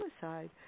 suicide